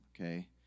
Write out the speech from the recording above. okay